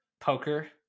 poker